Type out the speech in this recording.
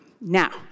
Now